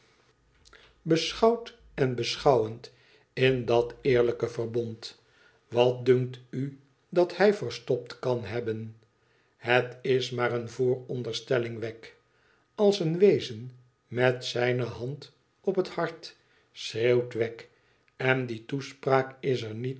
en wend in dat eerlijke verbond wat dunkt u dat hij verstopt kan hebben het is maar eene vooronderstelling wegg als een wezen met zijne hand op het hart schreeuwt wegg en die toespraak is er niet